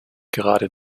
gerade